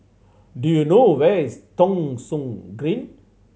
do you know where is Thong Soon Green